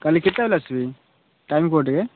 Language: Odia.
କାଲି କେତେବେଲେ ଆସିବେ ଟାଇମ୍ କୁହ ଟିକେ